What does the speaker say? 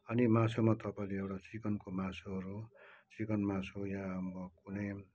अनि मासुमा तपाईँले एउटा चिकनको मासुहरू चिकन मासु या कुनै